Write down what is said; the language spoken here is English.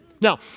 Now